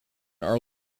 are